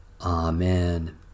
Amen